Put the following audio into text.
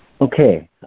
Okay